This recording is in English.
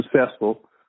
successful